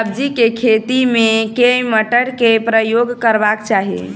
सब्जी केँ खेती मे केँ मोटर केँ प्रयोग करबाक चाहि?